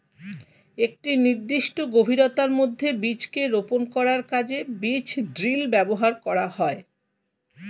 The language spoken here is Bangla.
একটি নির্দিষ্ট গভীরতার মধ্যে বীজকে রোপন করার কাজে বীজ ড্রিল ব্যবহার করা হয়